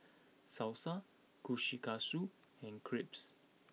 Salsa Kushikatsu and Crepes